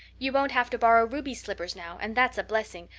you won't have to borrow ruby's slippers now, and that's a blessing,